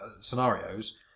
scenarios